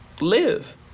live